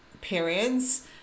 periods